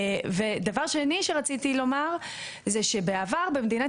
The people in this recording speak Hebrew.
דבר שני שרציתי לומר זה שבעבר במדינת